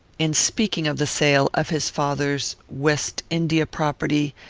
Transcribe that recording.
in speaking of the sale of his father's west-india property,